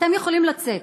אתם יכולים לצאת,